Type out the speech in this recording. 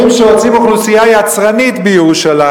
אומרים שרוצים אוכלוסייה יצרנית בירושלים.